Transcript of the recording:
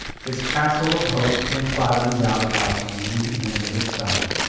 his castle of hopes came clattering down about him, leaving him a little stunned.